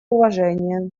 уважения